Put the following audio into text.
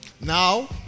Now